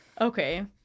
Okay